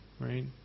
right